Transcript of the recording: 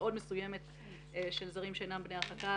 מאוד מסוימת של זרים שאינם בני הרחקה,